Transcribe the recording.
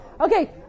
Okay